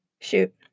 Shoot